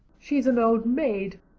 she's an old maid.